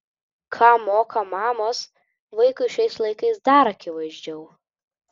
ką moka mamos vaikui šiais laikais dar akivaizdžiau